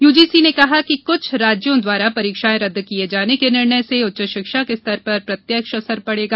UGC ने कहा है कि कुछ राज्यों द्वारा परीक्षाएं रद्द किये जाने के निर्णय से उच्च शिक्षा के स्तर पर प्रत्यक्ष असर पड़ेगा